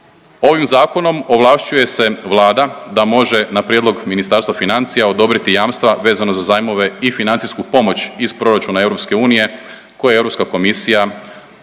Ovim zakonom ovlašćuje se vlada da može na prijedlog Ministarstva financija odobriti jamstva vezano za zajmove i financijsku pomoć iz proračuna EU koje je Europska komisija odobrava